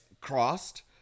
crossed